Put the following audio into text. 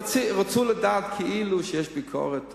רצו לדעת, כאילו יש ביקורת על,